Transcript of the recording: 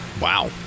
Wow